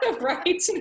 right